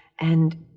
and,